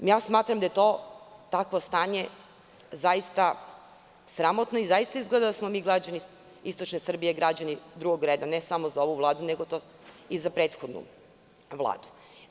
Smatram da je takvo stanje zaista stramotno i izgleda da smo mi građani Istočne Srbije građani drugog reda ne samo za ovu Vladu nego i za prethodnu Vladu.